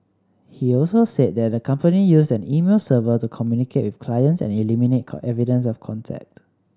he also said that the company used an email server to communicate with clients and eliminate evidence of contact